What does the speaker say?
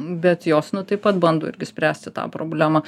bet jos nu taip pat bando irgi spręsti tą problemą